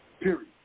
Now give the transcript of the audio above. Period